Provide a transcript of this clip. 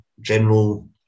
general